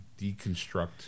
deconstruct